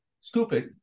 stupid